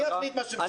אני אחליט מה שמשרת.